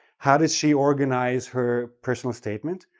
how did she organize her personal statement?